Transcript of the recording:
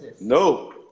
No